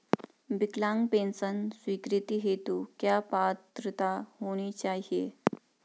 विकलांग पेंशन स्वीकृति हेतु क्या पात्रता होनी चाहिये?